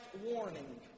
warning